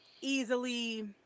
easily